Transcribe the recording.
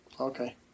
Okay